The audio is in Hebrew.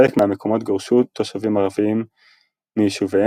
בחלק מהמקומות גורשו תושבים ערביים מיישוביהם